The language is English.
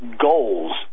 goals